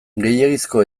gehiegizko